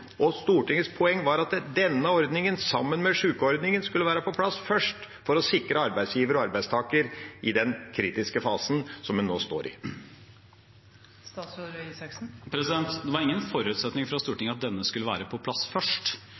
og Stortingets poeng var at denne ordningen sammen med sykeordningen skulle være på plass først, for å sikre arbeidsgiver og arbeidstaker i den kritiske fasen som en nå står i. Det var ingen forutsetning fra Stortinget at denne skulle være på plass først.